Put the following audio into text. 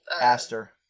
Aster